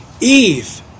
Eve